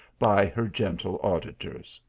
by her gentle auditors.